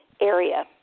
area